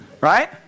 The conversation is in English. Right